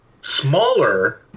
smaller